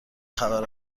خبر